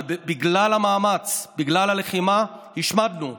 אבל בגלל המאמץ, בגלל הלחימה, השמדנו.